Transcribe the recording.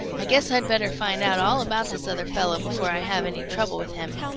i guess i'd better find out all about this other fellow before i have any trouble with him.